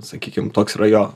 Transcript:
sakykim toks yra jo